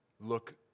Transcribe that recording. look